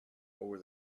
over